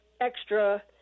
extra